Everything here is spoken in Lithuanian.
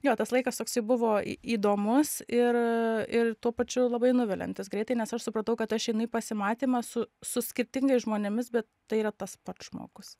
jo tas laikas toksai buvo į įdomus ir ir tuo pačiu labai nuviliantis greitai nes aš supratau kad aš einu į pasimatymą su su skirtingais žmonėmis bet tai yra tas pats žmogus